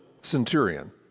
centurion